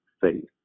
faith